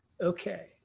Okay